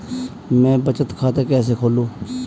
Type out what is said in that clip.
मैं बचत खाता कैसे खोलूं?